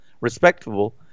respectable